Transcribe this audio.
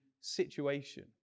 situation